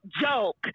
joke